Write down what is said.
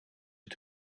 het